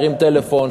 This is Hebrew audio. הרים טלפון,